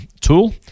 tool